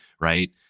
right